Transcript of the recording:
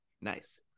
nice